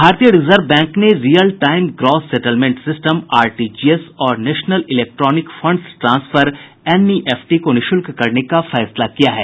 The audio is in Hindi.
भारतीय रिजर्व बैंक ने real time gross settlement system RTGS और national electronic funds transfer NEFT को निःशुल्क करने का फैसला किया है